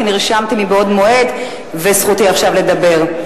כי נרשמתי מבעוד מועד וזכותי עכשיו לדבר.